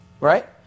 right